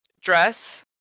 dress